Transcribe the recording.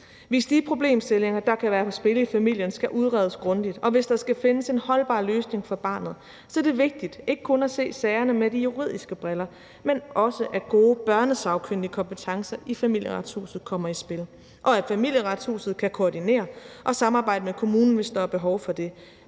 Hvis de problemstillinger, der kan være på spil i familien, skal udredes grundigt, og hvis der skal findes en holdbar løsning for barnet, så er det vigtigt ikke kun at se sagerne med de juridiske briller på, men også at gode børnesagkyndige kompetencer i Familieretshuset kommer i spil, og at Familieretshuset kan koordinere og samarbejde med kommunen, hvis der er behov for det,